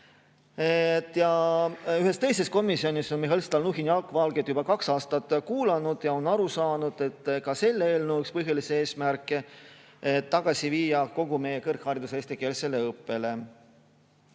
Ühes teises komisjonis on Mihhail Stalnuhhin Jaak Valget juba kaks aastat kuulanud ja on aru saanud, et ka selle eelnõu põhilisi eesmärke on tagasi viia kogu meie kõrgharidus eestikeelsele õppele.